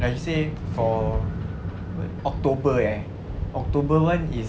let's say for october eh october [one] is